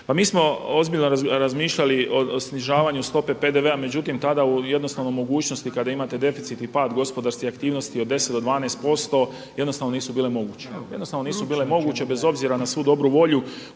mi smo ozbiljno razmišljali o snižavanju stope PDV-a međutim tada u jednostavnoj mogućnosti kada imate deficit i pad gospodarske aktivnosti od 10 do 12% jednostavno nisu bile moguće. Jednostavno nisu bile moguće bez obzira na svu dobru volju